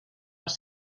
els